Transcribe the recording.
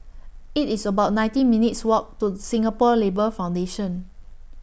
IT IS about nineteen minutes' Walk to Singapore Labour Foundation